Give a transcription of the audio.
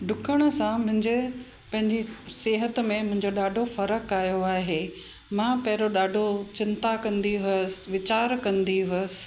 डुकण सां मुंहिंजे पंहिंजी सिहत में मुंहिंजो ॾाढो फ़र्क़ु आयो आहे मां पहिरियों ॾाढो चिंता कंदी हुअसि वीचार कंदी हुअसि